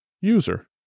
user